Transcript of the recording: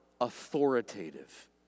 authoritative